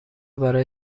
برای